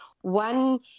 one